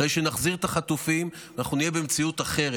אחרי שנחזיר את החטופים ואנחנו נהיה במציאות אחרת.